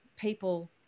people